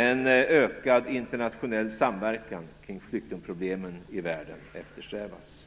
En ökad internationell samverkan kring flyktingproblemen i världen eftersträvas.